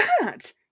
that